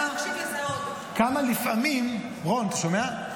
כמה לפעמים, רון, אתה שומע?